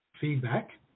feedback